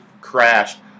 crashed